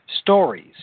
Stories